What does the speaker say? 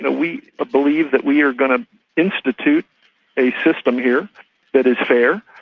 ah we believe that we are going to institute a system here that is fair,